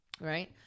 right